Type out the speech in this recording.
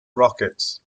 rockets